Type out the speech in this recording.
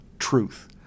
truth